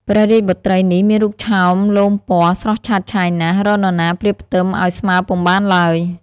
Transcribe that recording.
ព្រះរាជបុត្រីនេះមានរូបឆោមលោមពណ៌ស្រស់ឆើតឆាយណាស់ រកនរណាប្រៀបផ្ទឹមឲ្យស្មើពុំបានឡើយ។